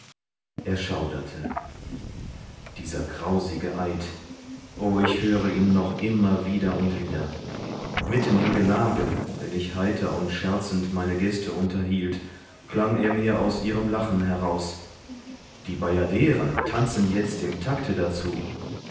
er schauderte dieser grausige eid o ich höre ihn noch immer wieder und wieder mitten im gelage wenn ich heiter scherzend meine gäste unterhielt klang er mir aus ihrem lachen heraus die bajaderen tanzen jetzt im takte dazu